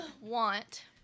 Want